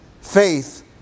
faith